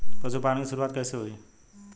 पशुपालन की शुरुआत कैसे हुई?